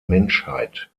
menschheit